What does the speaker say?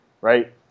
right